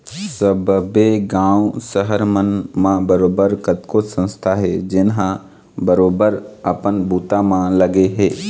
सब्बे गाँव, सहर मन म बरोबर कतको संस्था हे जेनहा बरोबर अपन बूता म लगे हे